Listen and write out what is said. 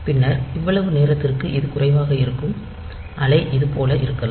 பின்னர் இவ்வளவு நேரத்திற்கு இது குறைவாகவே இருக்கும் அலை இது போல இருக்கலாம்